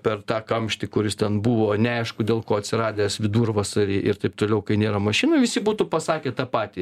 per tą kamštį kuris ten buvo neaišku dėl ko atsiradęs vidurvasarį ir taip toliau kai nėra mašinų visi būtų pasakę tą patį